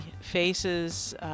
faces